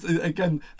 Again